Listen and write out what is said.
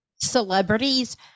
celebrities